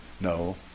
No